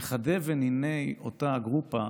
נכדי וניני אותה "גרופה"